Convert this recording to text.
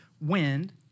wind